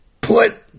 put